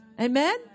Amen